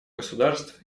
государств